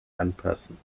anpassen